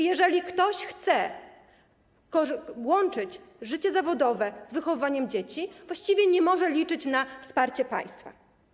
i jeżeli ktoś chce łączyć życie zawodowe z wychowywaniem dzieci, właściwie nie może liczyć na wsparcie państwa.